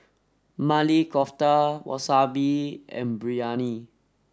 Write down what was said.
Maili Kofta Wasabi and Biryani